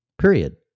period